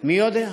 מי יודע.